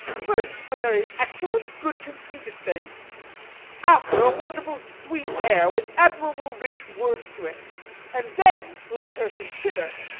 first, a very excellent good-conceited thing after, a wonderful sweet air, with admirable rich words to it and then let her consider.